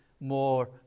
more